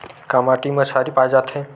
का माटी मा क्षारीय पाए जाथे?